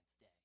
Day